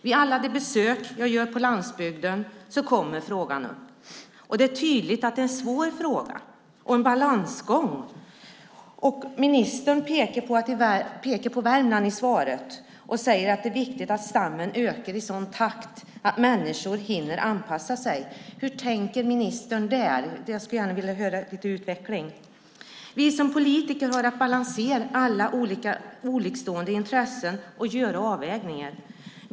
Vid alla de besök jag gör på landsbygden kommer frågan upp, och det är tydligt att det är en svår fråga och en balansgång. Ministern pekar på Värmland i svaret och säger att det är viktigt att stammen ökar i sådan takt att människor hinner anpassa sig. Hur tänker ministern där? Jag skulle gärna vilja att han utvecklar det. Vi politiker har att balansera alla olikstående intressen och göra avvägningar.